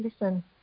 listen